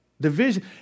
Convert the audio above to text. Division